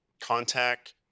contact